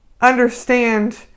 understand